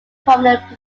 prominent